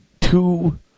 two